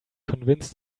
convince